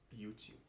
YouTube